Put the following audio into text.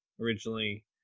originally